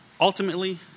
Ultimately